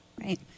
Right